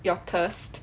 your thirst